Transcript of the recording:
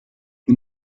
the